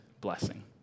blessing